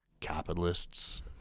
capitalists